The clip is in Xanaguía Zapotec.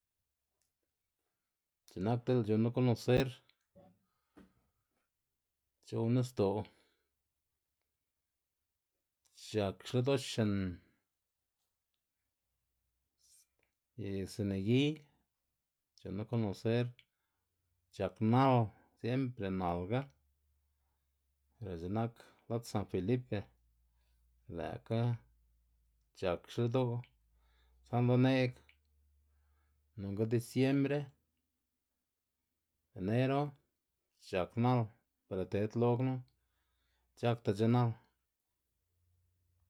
X̱i'k nak di'l c̲h̲u'nna konoser c̲h̲ow nisdo', c̲h̲ak xlë'do'xin y sinegiy c̲h̲u'nná konoser c̲h̲ak nal siempre nalga lë' x̱i'k nak lad san felipe lë'kga c̲h̲ak xlë'do', sa'nda ne'g nonga disiembre, enero c̲h̲ak nal pero ted lo knu c̲h̲akdac̲h̲a nal.